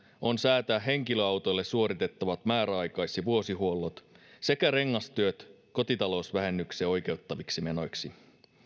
on säätää henkilöautoille suoritettavat määräaikais ja vuosihuollot sekä rengastyöt kotitalousvähennykseen oikeuttaviksi menoiksi